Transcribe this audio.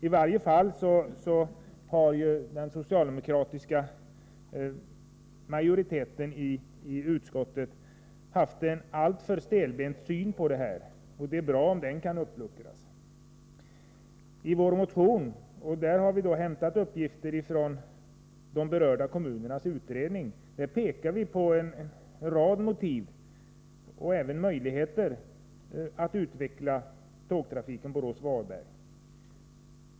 I varje fall har den socialdemokratiska majoriteten i utskottet haft en alltför stelbent inställning i denna fråga. Det är bra om den kan luckras upp. I vår motion, till vilken vi har hämtat uppgifter från de berörda kommunernas utredning, pekar vi på en rad motiv till och även möjligheter att utveckla tågtrafiken Borås-Varberg.